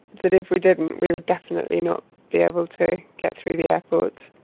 that if we didn't we definitely not be able to get through the airport,